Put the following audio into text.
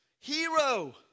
Hero